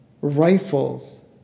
rifles